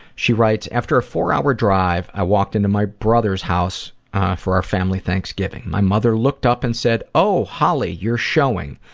she writes, after a four hour drive i walked into my brother's house for family thanksgiving. my mother looked up and said, oh, holly, you're showing.